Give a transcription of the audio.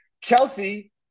Chelsea